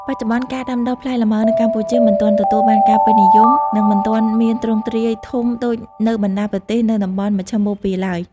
បច្ចុប្បន្ន ការដាំដុះផ្លែលម៉ើនៅកម្ពុជាមិនទាន់ទទួលបានការពេញនិយម និងមិនទាន់មានទ្រង់ទ្រាយធំដូចនៅបណ្ដាប្រទេសនៅតំបន់មជ្ឈិមបូព៌ាឡើយ។